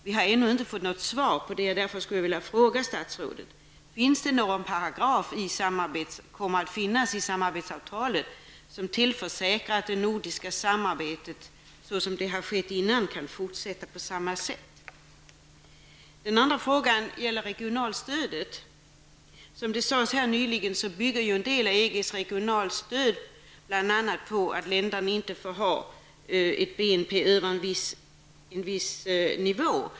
Vi har ännu inte fått något svar, och därför skulle jag vilja fråga statsrådet: Kommer det att finnas någon paragraf i samarbetsavtalet som säkerställer att det nordiska samarbetet kan fortsätta på samma sätt som tidigare? Den andra frågan gäller regionalstödet. Som det sades här nyligen bygger ju en del av EGs regionalstöd på att länderna inte får ha en BNP över en viss nivå.